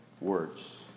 words